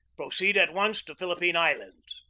proceed at once to philippine islands.